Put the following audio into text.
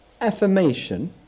affirmation